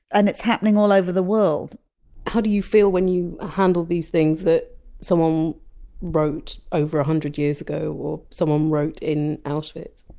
and it's happening all over the world how do feel when you handle these things that someone wrote over a hundred years ago, or someone wrote in auschwitz?